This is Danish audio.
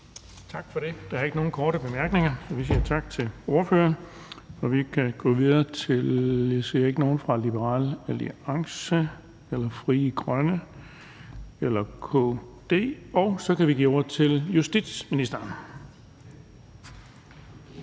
Tak for det. Der er ikke nogen korte bemærkninger, så vi siger tak til ordføreren. Jeg ser ikke nogen fra Liberal Alliance eller Frie Grønne eller KD, og så kan vi give ordet til justitsministeren.